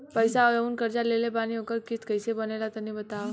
पैसा जऊन कर्जा लेले बानी ओकर किश्त कइसे बनेला तनी बताव?